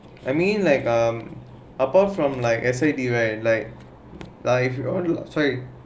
I mean like um apart from like S a right like uh sorry